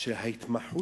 שההתמחות שלהם,